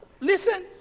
Listen